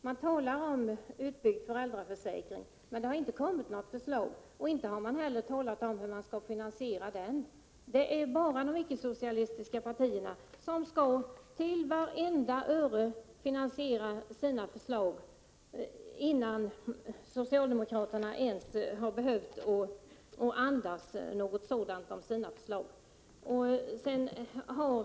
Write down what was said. Man talar om utbyggnad av föräldraförsäkringen, men det har inte kommit något förslag. Inte heller har man talat om hur man skall finansiera den utbyggnaden. Det är bara de icke-socialistiska partierna som skall finansiera vartenda öre av sina förslag, innan socialdemokraterna ens behöver andas något sådant när det gäller deras förslag.